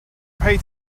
pay